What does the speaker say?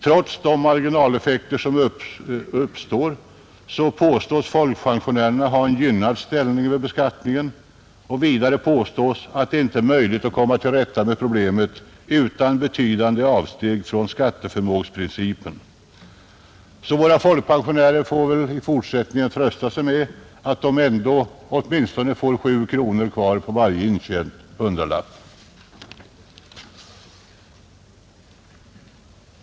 Trots de marginaleffekter som uppstår påstås folkpensionärerna ha en gynnad ställning vid beskattningen, och vidare påstås att det inte är möjligt att komma till rätta med problemet utan betydande avsteg från skatteförmågeprincipen. Så våra folkpensionärer får väl i fortsättningen trösta sig med att de ändock i sämsta fall får åtminstone 7 kronor kvar på varje intjänt hundralapp.